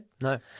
No